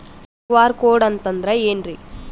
QR code ಅಂತಂದ್ರ ಏನ್ರೀ?